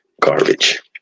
garbage